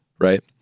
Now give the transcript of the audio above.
right